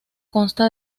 consta